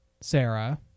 Sarah